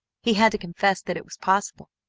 he had to confess that it was possible.